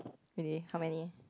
really how many